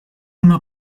una